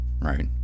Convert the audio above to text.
right